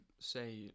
say